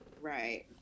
Right